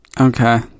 Okay